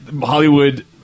Hollywood